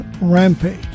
Rampage